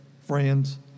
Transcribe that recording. friends